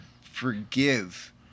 forgive